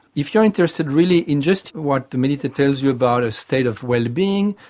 if you're interested really in just what the meditator tells you about a state of wellbeing,